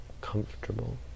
comfortable